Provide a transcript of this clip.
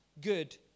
good